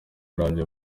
urambye